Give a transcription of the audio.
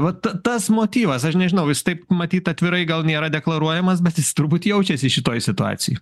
vat ta tas motyvas aš nežinau jis taip matyt atvirai gal nėra deklaruojamas bet jis turbūt jaučiasi šitoj situacijoj